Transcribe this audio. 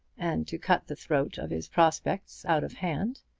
and to cut the throat of his prospects out of hand.